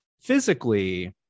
physically